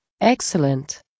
Excellent